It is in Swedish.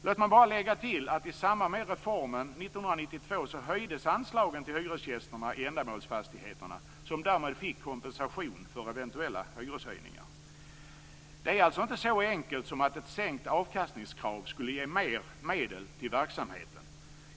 Låt mig bara lägga till att i samband med reformen 1992 höjdes anslagen till hyresgästerna i ändamålsfastigheterna, som därmed fick kompensation för eventuella hyreshöjningar. Det är alltså inte så enkelt som att ett sänkt avkastningskrav skulle ge mer medel till verksamheten.